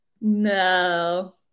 No